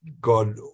God